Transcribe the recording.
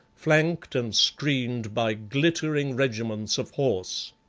flanked and screened by glittering regiments of horse.